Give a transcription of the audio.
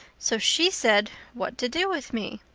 so she said, what to do with me.